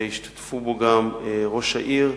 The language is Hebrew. שישתתפו בו ראש העיר,